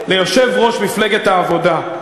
ליושב-ראש מפלגת העבודה,